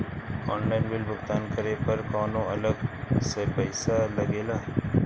Online bill भुगतान करे पर कौनो अलग से पईसा लगेला?